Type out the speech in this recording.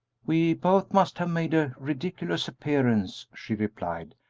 we both must have made a ridiculous appearance, she replied,